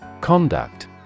Conduct